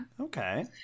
Okay